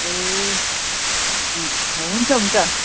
ए हुन्छ हुन्छ